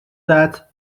that